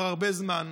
כבר הרבה זמן,